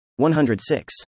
106